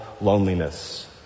Loneliness